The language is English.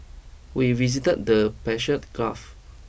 we visited the Persian Gulf